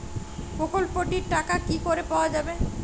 প্রকল্পটি র টাকা কি করে পাওয়া যাবে?